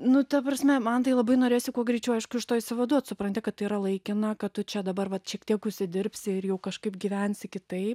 nu ta prasme man tai labai norėjosi kuo greičiau aišku iš to išsivaduot supranti kad tai yra laikina kad tu čia dabar vat šiek tiek užsidirbsi ir jau kažkaip gyvensi kitaip